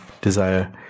desire